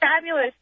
Fabulous